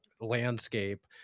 landscape